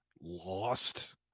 lost